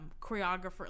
choreographer